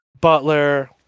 Butler